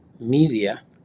media